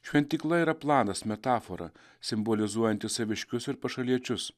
šventykla yra planas metafora simbolizuojanti saviškius ir pašaliečius